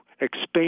expand